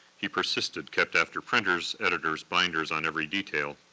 he persisted, kept after printers, editors, binders on every detail.